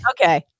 Okay